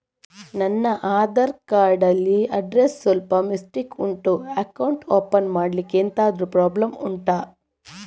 ನನ್ನ ಆಧಾರ್ ಕಾರ್ಡ್ ಅಲ್ಲಿ ಅಡ್ರೆಸ್ ಸ್ವಲ್ಪ ಮಿಸ್ಟೇಕ್ ಉಂಟು ಅಕೌಂಟ್ ಓಪನ್ ಮಾಡ್ಲಿಕ್ಕೆ ಎಂತಾದ್ರು ಪ್ರಾಬ್ಲಮ್ ಉಂಟಾ